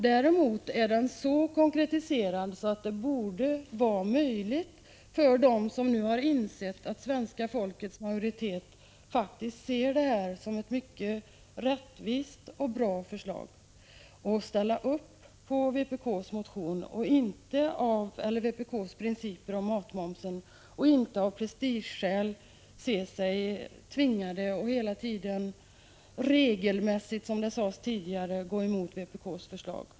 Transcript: Däremot är den så konkretiserad att det borde vara möjligt för dem som nu har insett att svenska folkets majoritet faktiskt ser detta som ett mycket rättvist och bra förslag att ställa upp på vpk:s principer om matmomsen och inte av prestigeskäl se sig tvingade att hela tiden regelmässigt, som det sades tidigare, gå emot vpk:s förslag.